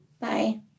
Bye